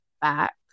back